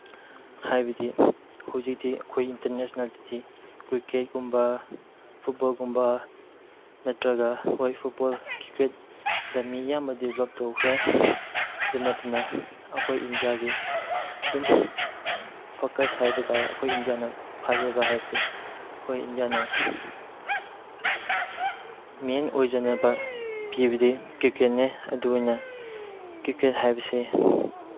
ꯍꯥꯏꯕꯗꯤ ꯍꯧꯖꯤꯛꯇꯤ ꯑꯩꯈꯣꯏ ꯏꯟꯇꯔꯅꯦꯁꯅꯦꯜꯗꯗꯤ ꯀ꯭ꯔꯤꯀꯦꯠꯒꯨꯝꯕ ꯐꯨꯠꯕꯣꯜꯒꯨꯝꯕ ꯅꯠꯇ꯭ꯔꯒ ꯍꯣꯏ ꯐꯨꯠꯕꯣꯜ ꯀ꯭ꯔꯤꯀꯦꯠꯇ ꯃꯤ ꯌꯥꯝꯕꯗꯤ ꯗꯤꯕ꯭ꯂꯞ ꯇꯧꯈ꯭ꯔꯦ ꯑꯗꯨ ꯅꯠꯇꯅ ꯑꯩꯈꯣꯏ ꯏꯟꯗꯤꯌꯥꯒꯤ ꯑꯗꯨꯝ ꯐꯣꯀꯁ ꯍꯥꯏꯕ ꯇꯥꯏ ꯑꯩꯈꯣꯏ ꯏꯟꯗꯤꯌꯥꯅ ꯐꯖꯕ ꯍꯥꯏꯕꯗꯤ ꯑꯩꯈꯣꯏ ꯏꯟꯗꯤꯌꯥꯅ ꯃꯦꯟ ꯑꯣꯏꯖꯅꯕ ꯄꯤꯕꯗꯤ ꯀ꯭ꯔꯤꯀꯦꯠꯅꯦ ꯑꯗꯨ ꯑꯣꯏꯅ ꯀ꯭ꯔꯤꯀꯦꯠ ꯍꯥꯏꯕꯁꯦ